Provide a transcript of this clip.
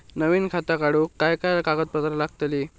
नवीन खाता काढूक काय काय कागदपत्रा लागतली?